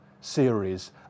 series